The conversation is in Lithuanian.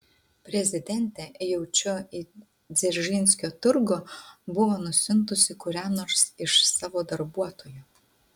prezidentė jaučiu į dzeržinskio turgų buvo nusiuntusi kurią nors iš savo darbuotojų